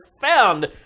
found